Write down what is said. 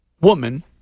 woman